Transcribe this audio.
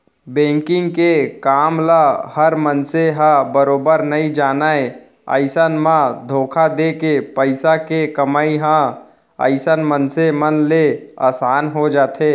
banking के काम ल हर मनसे ह बरोबर नइ जानय अइसन म धोखा देके पइसा के कमई ह अइसन मनसे मन ले असान हो जाथे